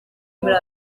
muri